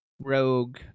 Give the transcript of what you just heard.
rogue